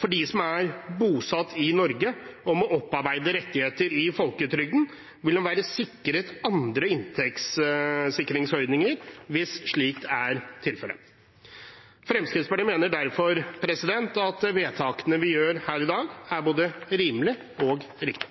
For dem som er bosatt i Norge og må opparbeide rettigheter i folketrygden, vil man være sikret andre inntektssikringsordninger hvis slikt er tilfelle. Fremskrittspartiet mener derfor at vedtakene vi fatter her i dag, er både rimelige og riktige.